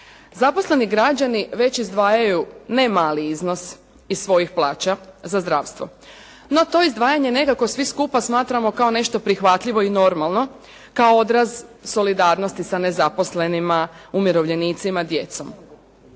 Zaposleni građani već izdvajaju ne mali iznos iz svojih plaća za zdravstvo, no to izdvajanje nekako svi skupa smatramo kao nešto prihvatljivo i normalno kao odraz solidarnosti sa nezaposlenima, umirovljenicima, djecom.